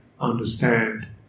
understand